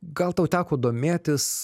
gal tau teko domėtis